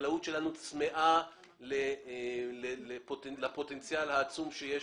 החקלאות שלנו צמאה לפוטנציאל העצום שיש